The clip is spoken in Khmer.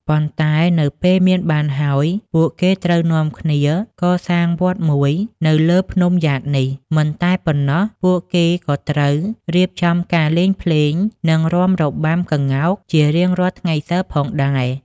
ប៉ុនែ្ដនៅពេលមានបានហើយ ពួកគេត្រូវនាំគ្នាកសាងវត្ដមួយនៅលើភ្នំយ៉ាតនេះ មិនតែប៉ុណ្ណោះពួកគេក៏ត្រូវរៀបចំការលេងភ្លេងនិងរាំរបាំក្ងោកជារៀងរាល់ថ្ងៃសិលផងដែរ។